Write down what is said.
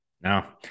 no